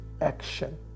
action